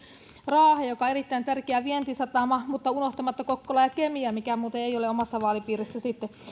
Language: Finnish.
raahe joka on erittäin tärkeä vientisatama unohtamatta kokkolaa ja kemiä mikä muuten ei ole omassa vaalipiirissäni